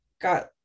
got